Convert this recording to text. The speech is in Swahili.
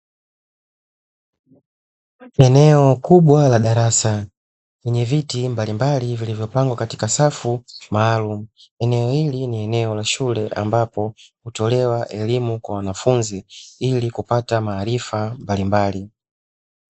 Eneo kubwa la darasa, lenye viti mbalimbali vilivyopangwa katika safu maalumu. Eneo hili ni eneo la shule ambapo hutolewa elimu kwa wanafunzi, ili kupata maarifa mbalimbali.